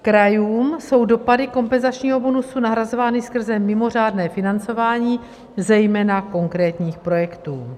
Krajům jsou dopady kompenzačního bonusu nahrazovány skrze mimořádné financování zejména konkrétních projektů.